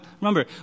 remember